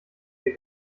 der